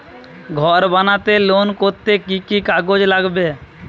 ঘর বানাতে লোন করতে কি কি কাগজ লাগবে?